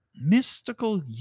mystical